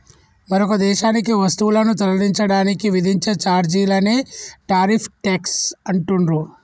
మరొక దేశానికి వస్తువులను తరలించడానికి విధించే ఛార్జీలనే టారిఫ్ ట్యేక్స్ అంటుండ్రు